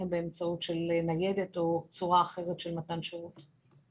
באמצעות ניידת או צורה אחרת של מתן שירות.